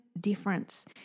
difference